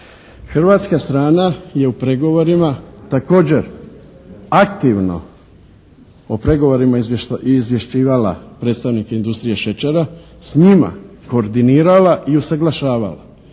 Hrvatska strana je u pregovorima također aktivno o pregovorima izvješćivala predstavnike industrije šećera, s njima koordinirala i usaglašavala.